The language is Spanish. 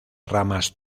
ramas